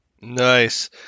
Nice